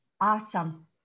Awesome